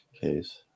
case